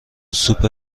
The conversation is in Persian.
سوپ